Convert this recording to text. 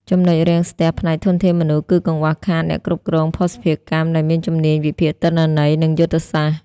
ចំណុចរាំងស្ទះផ្នែកធនធានមនុស្ស គឺកង្វះខាតអ្នកគ្រប់គ្រងភស្តុភារកម្មដែលមានជំនាញវិភាគទិន្នន័យ និងយុទ្ធសាស្ត្រ។